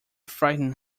frighten